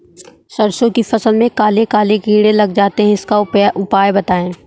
सरसो की फसल में काले काले कीड़े लग जाते इसका उपाय बताएं?